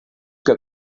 que